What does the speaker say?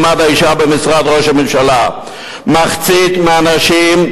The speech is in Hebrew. והיום ראש הממשלה הציג אותו,